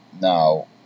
Now